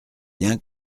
bien